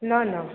न न